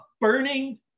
burning